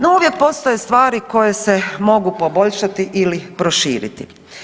No ovdje postoje stvari koje se mogu poboljšati ili proširiti.